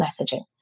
messaging